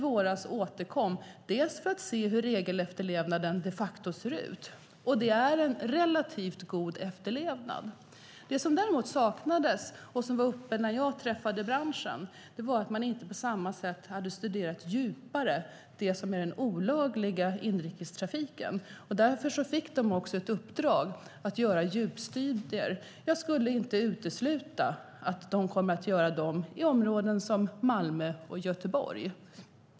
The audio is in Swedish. I våras återkom de för att visa hur regelefterlevnaden de facto ser ut. Det är en relativt god efterlevnad. Det som däremot saknades och som togs upp när jag träffade branschen var att man inte på samma sätt hade studerat den olagliga inrikestrafiken djupare. Därför fick de också i uppdrag att göra djupstudier. Jag ska inte utesluta att de kommer att göra dem i områden som Malmö och Göteborg.